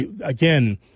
Again